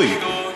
אוי,